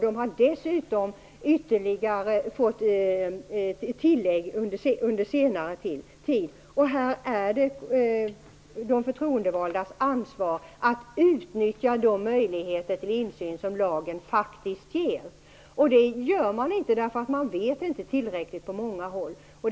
Det har dessutom kommit ytterligare tillägg under senare tid. Det är de förtroendevaldas ansvar att utnyttja de möjligheter till insyn som lagen faktiskt ger. Det gör man inte, därför att man på många håll inte vet tillräckligt.